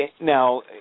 Now